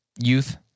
youth